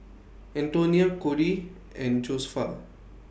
Antonia Kody and Josefa